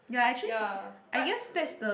ya but um